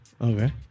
Okay